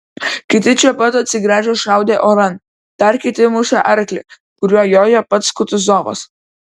kiti čia pat atsigręžę šaudė oran dar kiti mušė arklį kuriuo jojo pats kutuzovas